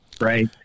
right